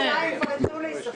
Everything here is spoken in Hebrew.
לא מזמן.